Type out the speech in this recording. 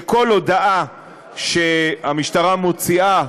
שכל הודעה שהמשטרה מוציאה,